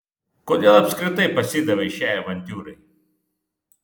kodėl apskritai pasidavei šiai avantiūrai